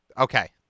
okay